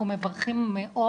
אנחנו מברכים מאוד,